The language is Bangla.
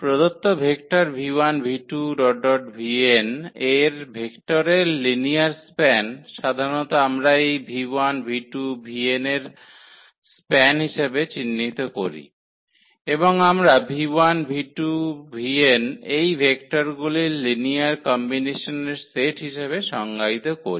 প্রদত্ত ভেক্টর 𝑣1 𝑣2 𝑣𝑛 এর ভেক্টরের লিনিয়ার স্প্যান সাধারণত আমরা এই 𝑣1 𝑣2 𝑣𝑛 এর স্প্যান হিসাবে চিহ্নিত করি এবং আমরা 𝑣1 𝑣2 𝑣𝑛 এই ভেক্টরগুলির লিনিয়ার কম্বিনেশনের সেট হিসাবে সংজ্ঞায়িত করি